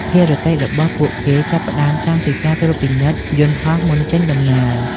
ភារកិច្ចរបស់ពួកគេចាប់ផ្ដើមតាំងពីការត្រួតពិនិត្យយន្តហោះមុនចេញដំណើរ។